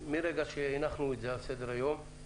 מרגע שהנחנו את זה על סדר היום,